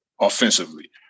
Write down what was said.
offensively